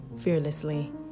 fearlessly